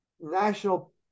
National